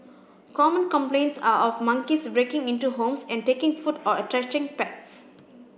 common complaints are of monkeys breaking into homes and taking food or attacking pets